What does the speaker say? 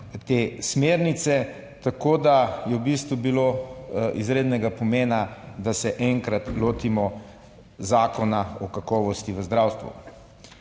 te smernice, tako da je v bistvu bilo izrednega pomena, da se enkrat lotimo zakona o kakovosti v zdravstvu.